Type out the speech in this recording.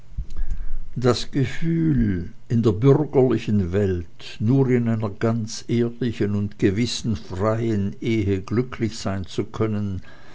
das gefühl in der bürgerlichen welt nur in einer ganz ehrlichen und gewissenfreien ehe glücklich sein zu können